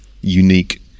unique